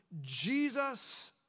Jesus